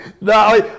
No